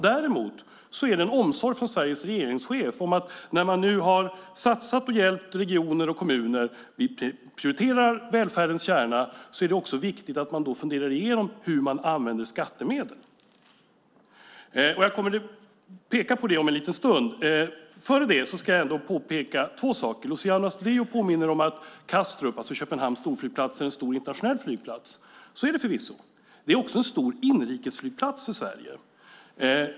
Däremot är det en omsorg från Sveriges regeringschef, att när man nu har satsat på och hjälpt regioner och kommuner och prioriterar välfärdens kärna är det också viktigt att fundera igenom hur man använder skattemedel. Jag kommer att peka på det om en liten stund. Först ska jag påpeka två saker. Luciano Astudillo påminner om att Kastrup, alltså Köpenhamns storflygplats, är en stor internationell flygplats. Så är det förvisso. Det är också en stor inrikesflygplats för Sverige.